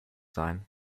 sein